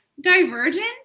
Divergent